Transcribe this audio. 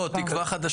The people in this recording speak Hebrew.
לא, זה היה תקווה חדשה.